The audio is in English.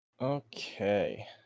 Okay